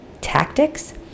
tactics